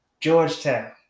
Georgetown